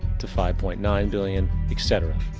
to five point nine billion. etc.